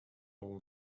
all